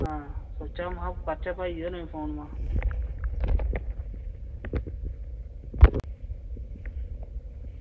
ते सोचेआ महां करने आं भाई होरें गी फोन